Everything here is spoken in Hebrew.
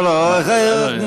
לא, לא.